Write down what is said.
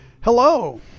Hello